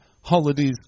holidays